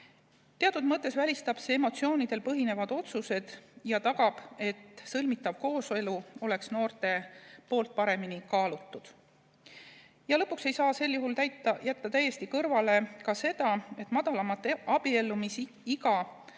Teatud mõttes välistab see emotsioonidel põhinevad otsused ja tagab, et sõlmitav kooselu oleks noortel paremini kaalutud. Lõpuks ei saa sel juhul jätta täiesti kõrvale ka seda, et madalamat abiellumisiga,